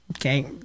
okay